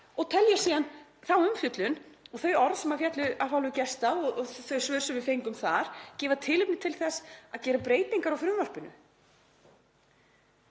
og telja síðan þá umfjöllun og þau orð sem féllu af hálfu gesta og þau svör sem við fengum þar gefa tilefni til að gera breytingar á frumvarpinu.